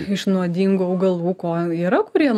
iš nuodingų augalų ko yra kurie